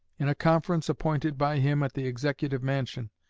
in a conference appointed by him at the executive mansion,